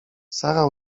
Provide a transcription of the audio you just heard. sara